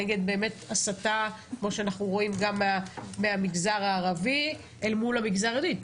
נגד באמת הסתה כמו שאנחנו רואים גם מהמגזר הערבים אל מול המגזר היהודי?